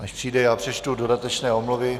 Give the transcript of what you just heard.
Než přijde, přečtu dodatečné omluvy.